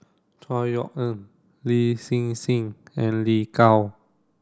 Chor Yeok Eng Lin Hsin Hsin and Lin Gao